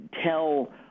tell